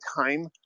time